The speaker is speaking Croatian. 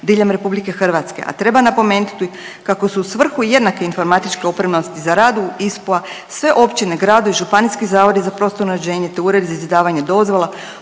diljem RH, a treba napomenuti kako su u svrhu jednake informatičke opremljenosti za rad u ISPO-a sve općine, gradovi i županijski zavodi za prostorno uređenje, te uredi za izdavanje dozvola